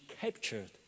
captured